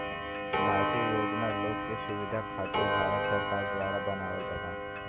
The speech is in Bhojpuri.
भारतीय योजना लोग के सुविधा खातिर भारत सरकार द्वारा बनावल जाला